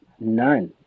None